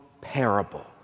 parable